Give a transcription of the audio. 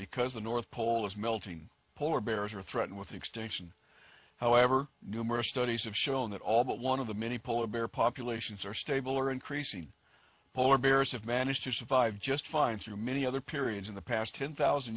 because the north pole is melting polar bears are threatened with extinction however numerous studies have shown that all but one of the many polar bear populations are stable or increasing polar bears have managed to survive just fine through many other periods in the past ten thousand